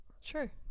Sure